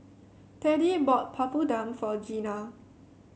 Teddie bought Papadum for Gina